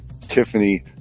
Tiffany